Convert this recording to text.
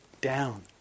down